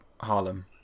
Harlem